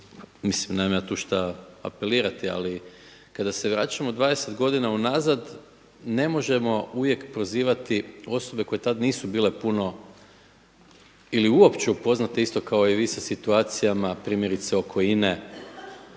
mislim nemam ja tu šta apelirati ali kada se vraćamo dvadeset godina unazad ne možemo uvijek prozivati osobe koje tada nisu bile puno ili uopće upoznate isto kao i vi sa situacijama primjerice oko INA-e